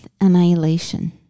Annihilation